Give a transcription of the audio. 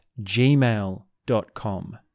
gmail.com